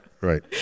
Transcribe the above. right